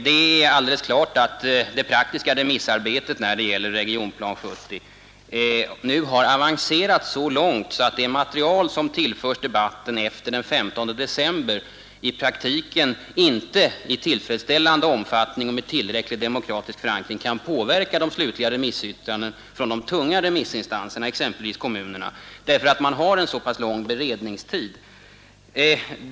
Det är alldeles klart att remissarbetet när det gäller Regionplan 70 nu har avancerat så långt, att det material som tillförs debatten efter den 15 december i praktiken, på grund av den långa beredningstiden, inte i tillfredsställande omfattning kan påverka de slutliga remissyttrandena — och därmed ge dessa tillräcklig demokratisk förankring = från de tunga remissinstanserna, exempelvis kommunerna.